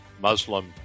Muslim